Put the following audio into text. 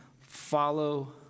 follow